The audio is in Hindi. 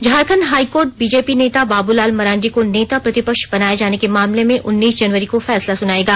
झारखंड हाईकोर्ट ने बीजेपी नेता बाबूलाल मरांडी को नेता प्रतिपक्ष बनाए जाने के मामले में उन्नीस जनवरी को फैसला सुनाएगा